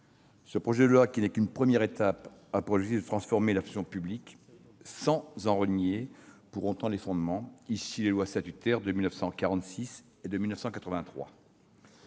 Ce projet de loi, qui n'est qu'une première étape, a pour objectif de transformer la fonction publique, sans en renier pour autant les fondements issus des lois statutaires de 1946 et de 1983.